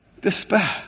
despair